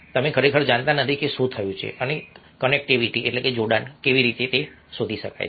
તમે ખરેખર જાણતા નથી કે શું થયું છે અને કનેક્ટિવિટીજોડાણ કેવી રીતે શોધી શકાય છે